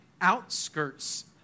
outskirts